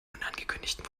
unangekündigten